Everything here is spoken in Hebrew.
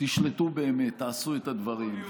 תשלטו באמת, תעשו את הדברים.